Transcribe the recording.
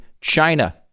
China